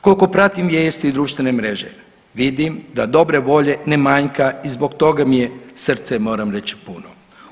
Koliko pratim vijesti i društvene mreže vidim da dobre volje ne manjka i zbog toga mi je srce moram reć puno.